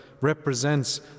represents